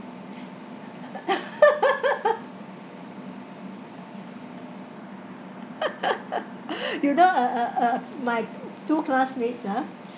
you don't uh uh uh my two classmates ah